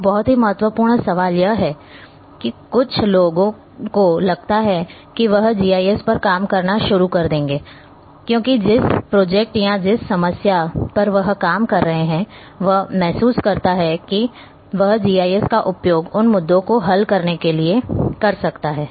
एक बहुत ही महत्वपूर्ण सवाल यह है कि कुछ लोगों को लगता है कि वह जीआईएस पर काम करना शुरू कर देगा क्योंकि जिस प्रोजेक्ट या जिस समस्या पर वह काम कर रहा है वह महसूस करता है कि वह जीआईएस का उपयोग उन मुद्दों को हल करने के लिए कर सकता है